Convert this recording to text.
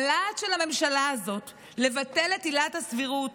הלהט של הממשלה הזאת לבטל את עילת הסבירות